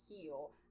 heal